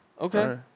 Okay